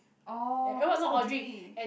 oh who's Audrey